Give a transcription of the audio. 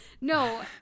No